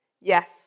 yes